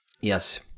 Yes